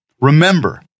Remember